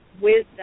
wisdom